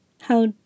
How